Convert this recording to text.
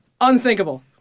unsinkable